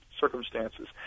circumstances